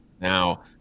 now